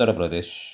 Uttar Pradesh